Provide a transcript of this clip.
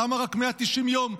למה רק 190 יום,